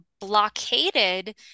blockaded